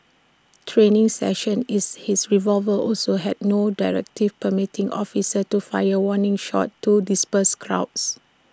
training sessions is his revolver also had no directive permitting officers to fire warning shots to disperse crowds